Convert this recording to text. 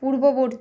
পূর্ববর্তী